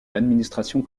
l’administration